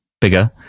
bigger